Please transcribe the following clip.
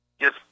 Yes